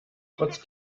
trotz